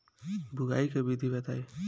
बुआई के विधि बताई?